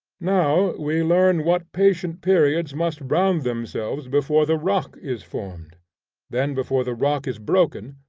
now we learn what patient periods must round themselves before the rock is formed then before the rock is broken,